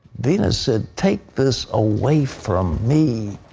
venus said, take this away from me.